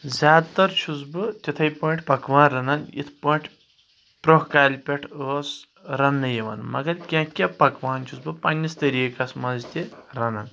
زیادٕ تر چھس بہٕ تتھے پٲٹھۍ پکوان رنان یتھ پٲٹھی بروٚنہہ کالہِ پؠٹھ اوس رننہٕ یوان مگر کینہہ کینہہ پکوان چھس بہٕ پننس طریقس منٛز تہِ رنان